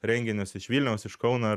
renginius iš vilniaus iš kauno